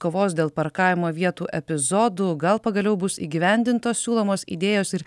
kovos dėl parkavimo vietų epizodų gal pagaliau bus įgyvendintos siūlomos idėjos ir